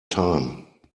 time